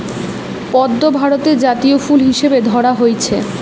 পদ্ম ভারতের জাতীয় ফুল হিসাবে ধরা হইচে